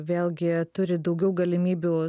vėlgi turi daugiau galimybių